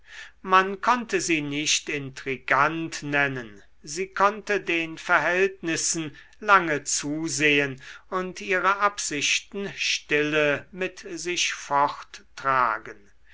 man konnte sie nicht intrigant nennen sie konnte den verhältnissen lange zusehen und ihre absichten stille mit sich